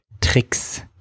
tricks